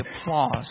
applause